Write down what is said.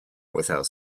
without